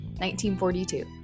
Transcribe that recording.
1942